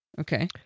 Okay